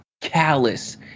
callous